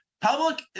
public